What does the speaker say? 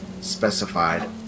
specified